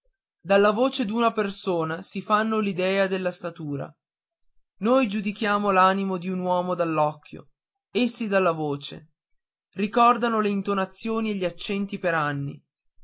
dalla voce d'una persona si fanno un'idea della statura noi giudichiamo l'animo d'un uomo dall'occhio essi dalla voce ricordano le intonazioni e gli accenti per anni